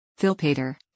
Philpater